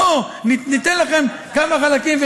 בואו ניתן לכם כמה חלקים,